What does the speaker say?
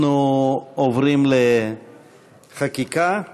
אנחנו עוברים לחקיקה.